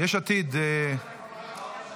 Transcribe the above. יש עתיד, מסירים?